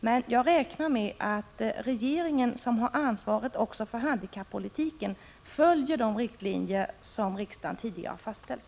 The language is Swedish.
Men jag räknar med att regeringen, som har ansvaret också för handikappolitiken, följer de riktlinjer som riksdagen tidigare har fastställt.